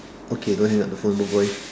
okay don't hang up the phone bye bye